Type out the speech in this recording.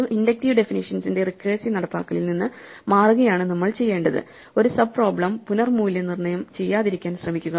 ഒരു ഇൻഡക്റ്റീവ് ഡെഫിനിഷ്യൻസിന്റെ റിക്കേഴ്സീവ് നടപ്പാക്കലിൽ നിന്ന് മാറുകയാണ് നമ്മൾ ചെയ്യേണ്ടത് ഒരു സബ് പ്രോബ്ലെം പുനർമൂല്യനിർണയം ഒരിക്കലും ചെയ്യാതിരിക്കാൻ ശ്രമിക്കുക